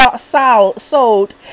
sold